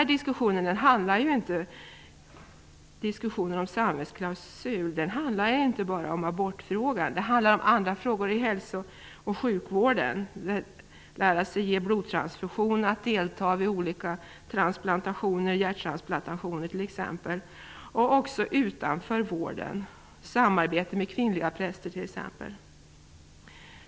Diskussionen om samvetsklausul handlar ju inte bara om abortfrågan. Det handlar även om andra frågor inom hälso och sjukvården såsom att lära sig ge blodtransfusioner, att delta vid hjärttransplantationer t.ex. Det gäller även utanför vården, såsom samarbete med kvinnliga präster t.ex.